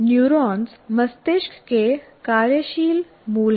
neurons मस्तिष्क के कार्यशील मूल हैं